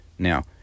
Now